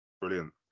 brilliant